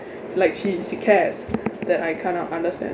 like she she cares that I cannot understand